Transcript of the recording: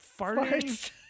farting